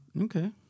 Okay